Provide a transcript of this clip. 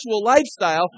lifestyle